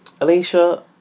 Alicia